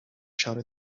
showed